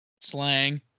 slang